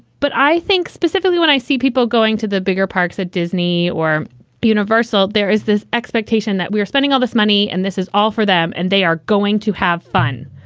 but i think specifically when i see people going to the bigger parks at disney or universal, there is this expectation that we're spending all this money and this is all for them and they are going to have fun.